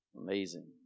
Amazing